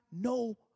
no